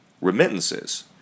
remittances